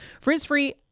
Frizz-free